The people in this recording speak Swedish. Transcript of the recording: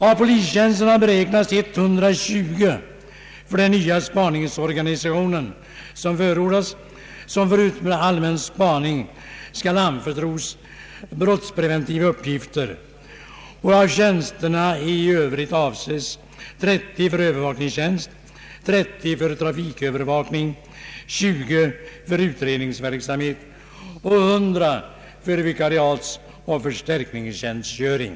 Av polistjänsterna beräknas 120 för den nya spaningsorganisationen, och dessa tjänstemän skall enligt förslaget förutom allmän spaning anförtros även brottspreventiva uppgifter. Av tjänsterna i övrigt avses 30 för övervakningstjänst, 30 för trafikövervakningsverksamhet, 20 för utredningsverksamhet samt 100 för vikariatsoch förstärkningstjänstgöring.